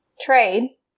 trade